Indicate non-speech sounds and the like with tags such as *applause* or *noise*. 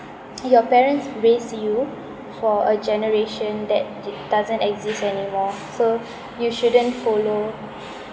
*noise* your parents raise you for a generation that did~ doesn't exist anymore so you shouldn't follow